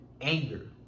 anger